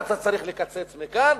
אתה צריך לקצץ מכאן.